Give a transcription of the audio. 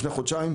לפני חודשיים,